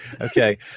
Okay